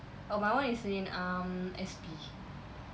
oh my one is in um S_P